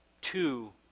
two